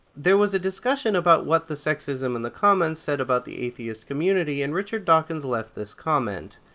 there was discussion about what the sexism in the comments said about the athiest community, and richard dawkins left this comment.